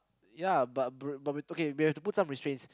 ya but br~ but we okay we have to put some restraints